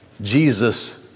Jesus